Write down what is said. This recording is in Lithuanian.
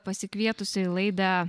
pasikvietusi į laidą